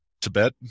Tibet